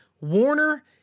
Warner